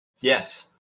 Yes